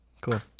Cool